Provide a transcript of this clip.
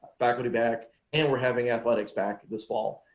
faculty back, and we're having athletics back to this fall.